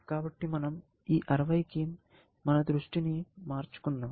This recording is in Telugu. కాబట్టి మనం ఈ 60 కి మన దృష్టిని మార్చుకుందాం